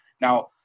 now